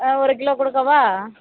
ஒரு கிலோ கொடுக்கவா